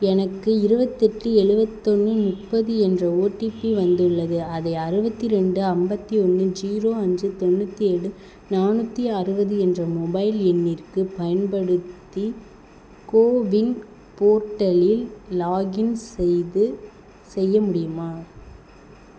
எனக்கு இருபத்தெட்டு எழுவத்தொன்னு முப்பது என்ற ஓடிபி வந்துள்ளது அதை அறுபத்தி ரெண்டு ஐம்பத்தி ஒன்று ஜீரோ அஞ்சு தொண்ணூற்றி ஏழு நானூற்றி அறுபது என்ற மொபைல் எண்ணிற்குப் பயன்படுத்தி கோவின் போர்ட்டலில் லாகின் செய்து செய்ய முடியுமா